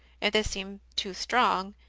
if this seem too strong,